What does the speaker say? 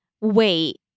wait